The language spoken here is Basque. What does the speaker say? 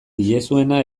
diezuna